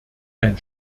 ein